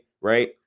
right